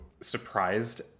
surprised